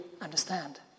understand